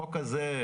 החוק הזה,